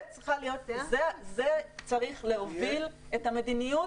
זה צריך להוביל את המדיניות,